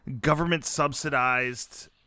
government-subsidized